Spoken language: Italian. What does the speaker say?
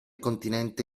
continente